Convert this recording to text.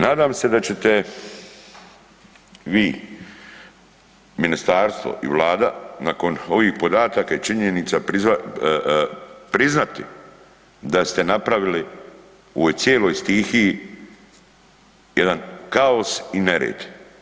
Nadam se da ćete vi, ministarstvo i Vlada nakon ovih podataka i činjenica priznati da ste napravili u ovoj cijeloj stihiji jedan kaos i nered.